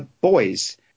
Boys